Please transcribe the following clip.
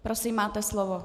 Prosím, máte slovo .